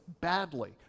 badly